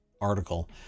article